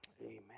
Amen